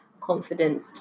confident